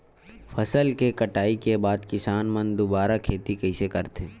फसल के कटाई के बाद किसान मन दुबारा खेती कइसे करथे?